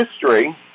history